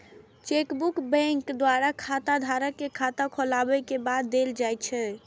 chequebook bank द्वारा खाताधारक कें खाता खोलाबै के बाद देल जाइ छै